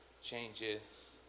changes